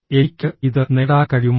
എനിക്ക് ഇത് നേടാൻ കഴിയുമോ